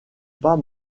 pas